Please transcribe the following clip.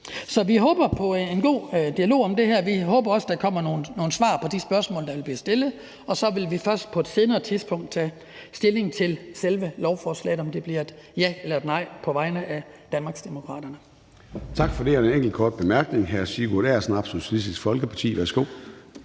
Så vi håber på en god dialog om det her. Vi håber også, at der kommer nogle svar på de spørgsmål, der vil blive stillet. Og så vil vi først på et senere tidspunkt tage stilling til selve lovforslaget, altså om det bliver et ja eller et nej på vegne af Danmarksdemokraterne.